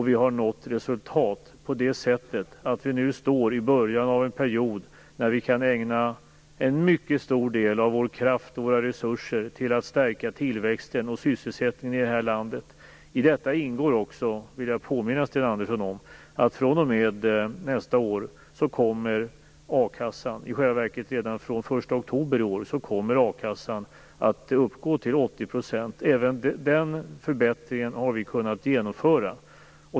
Vi har nått resultat på det sättet att vi nu står i början av en period där vi kan ägna en mycket stor del av vår kraft och våra resurser åt att stärka tillväxten och sysselsättningen i landet. I detta ingår också, vill jag påminna Sten Andersson om, att a-kassan fr.o.m. nästa år, ja, i själva verket redan från den 1 oktober i år, kommer att uppgå till 80 %. Även den förbättringen har vi kunnat genomföra.